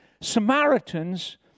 Samaritans